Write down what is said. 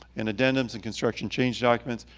and addendums, and construction change documents.